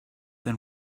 than